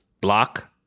block